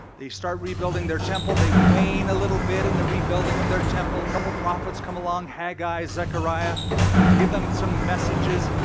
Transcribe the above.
they start rebuilding their temple. they wane a little bit in the rebuilding of their temple. a couple prophets come along haggai, zechariah give them some messages.